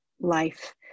life